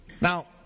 Now